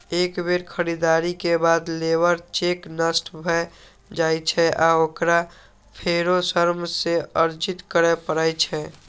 एक बेर खरीदारी के बाद लेबर चेक नष्ट भए जाइ छै आ ओकरा फेरो श्रम सँ अर्जित करै पड़ै छै